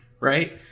right